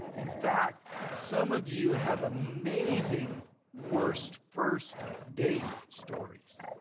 in fact, some of you have amazing worst first date stories.